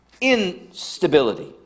instability